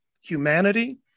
humanity